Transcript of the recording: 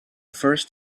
first